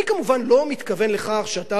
אני כמובן לא מתכוון לכך שאתה,